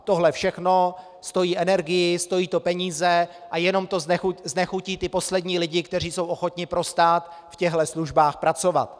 Tohle všechno stojí energii, stojí to peníze a jenom to znechutí ty poslední lidi, kteří jsou ochotni pro stát v těchhle službách pracovat.